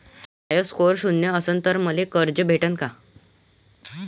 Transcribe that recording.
माया score शून्य असन तर मले कर्ज भेटन का?